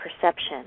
perception